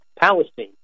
palestine